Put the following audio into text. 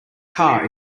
car